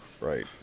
Right